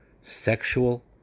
sexual